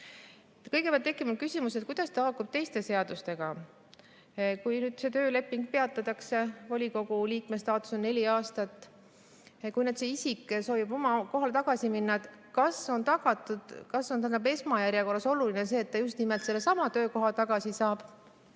Kõigepealt tekib mul küsimus, et kuidas see haakub teiste seadustega. Kui nüüd tööleping peatatakse, volikogu liikme staatus on neli aastat, kui see isik soovib oma kohale tagasi minna, kas on tagatud ja kas on esmajärjekorras oluline, et ta just nimelt sellesama töökoha tagasi saab.